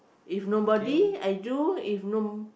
if nobody I do if no